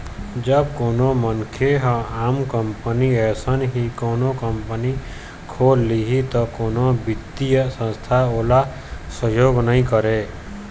जब कोनो मनखे ह आम कंपनी असन ही कोनो कंपनी खोल लिही त कोनो बित्तीय संस्था ओला सहयोग नइ करय